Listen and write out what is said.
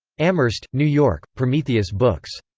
amherst, new york prometheus books.